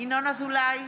ינון אזולאי,